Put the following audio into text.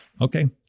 okay